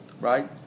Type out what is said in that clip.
right